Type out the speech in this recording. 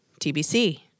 TBC